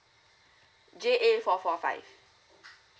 J A four four five